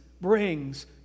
brings